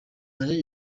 ninacyo